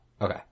okay